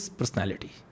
personality